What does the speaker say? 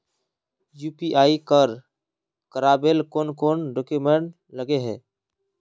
UPI कर करावेल कौन कौन डॉक्यूमेंट लगे है?